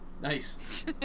Nice